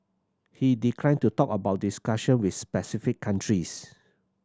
he declined to talk about discussion with specific countries